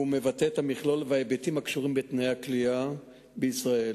והוא מבטא את מכלול ההיבטים הקשורים בתנאי הכליאה בישראל.